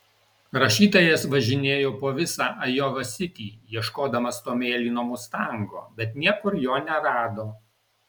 rašytojas važinėjo po visą ajova sitį ieškodamas to mėlyno mustango bet niekur jo nerado